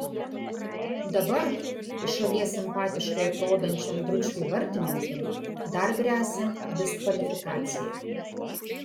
dabar iš šalies simpatiškai atrodančiam dručkiui vartininkui dar gresia diskvalifikacija